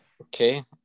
Okay